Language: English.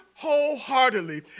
wholeheartedly